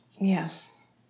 Yes